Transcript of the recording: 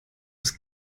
ist